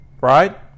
right